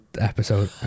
episode